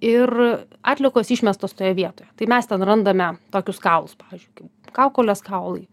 ir atliekos išmestos toje vietoje tai mes ten randame tokius kaulus pavyzdžiui kaip kaukolės kaulai